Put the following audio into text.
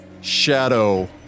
shadow